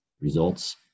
results